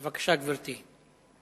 בבקשה, גברתי.